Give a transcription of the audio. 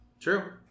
True